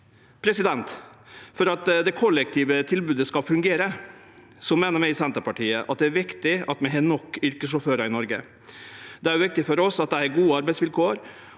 til dette. For at det kollektive tilbodet skal fungere, meiner vi i Senterpartiet det er viktig at vi har nok yrkessjåførar i Noreg. Det er òg viktig for oss at dei har gode arbeidsvilkår,